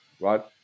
right